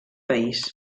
país